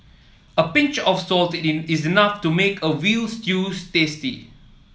a pinch of salt in is enough to make a veal stews tasty